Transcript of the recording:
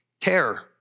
terror